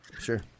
sure